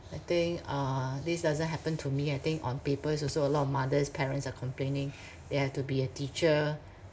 I think uh this doesn't happen to me I think on papers also a lot of mothers parents are complaining they have to be a teacher